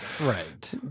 Right